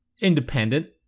independent